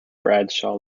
bradshaw